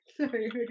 Sorry